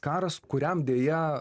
karas kuriam deja